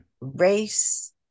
race